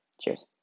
Cheers